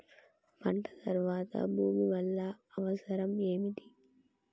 పంట తర్వాత భూమి వల్ల అవసరం ఏమిటి?